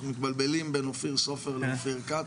אנחנו מתבלבלים בין אופיר סופר לאופיר כץ,